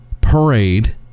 parade